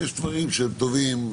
יש דברים שהם טובים,